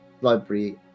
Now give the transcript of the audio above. library